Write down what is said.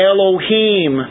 Elohim